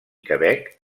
quebec